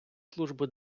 служби